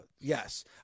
Yes